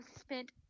spent